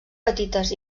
petites